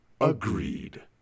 Agreed